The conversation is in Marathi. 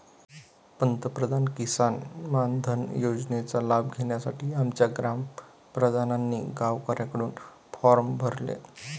पंतप्रधान किसान मानधन योजनेचा लाभ घेण्यासाठी आमच्या ग्राम प्रधानांनी गावकऱ्यांकडून फॉर्म भरले